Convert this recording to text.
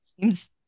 seems